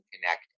Connect